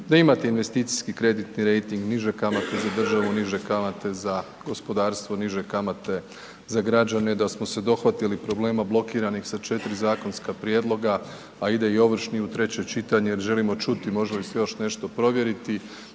da imate investicijski kreditni rejting, niže kamate, za državu niže kamate za gospodarstvo, niže kamate za građane, da smo se dohvatili problema blokiranih sa 4 zakonska prijedloga, a ide i ovršni u treće čitanje jer želimo čuti može li se još nešto provjeriti,